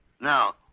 Now